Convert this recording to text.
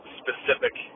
specific